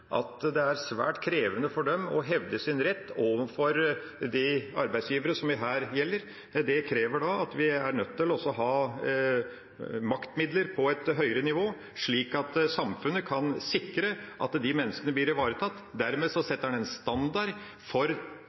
at det er svært krevende for dem å hevde sin rett overfor de arbeidsgiverne det gjelder. Det krever at vi er nødt til å ha maktmidler på et høyere nivå, slik at samfunnet kan sikre at disse menneskene blir ivaretatt. Dermed setter en en standard for